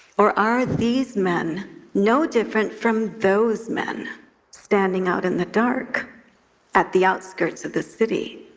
or are these men no different from those men standing out in the dark at the outskirts of the city,